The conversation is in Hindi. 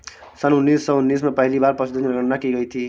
सन उन्नीस सौ उन्नीस में पहली बार पशुधन जनगणना की गई थी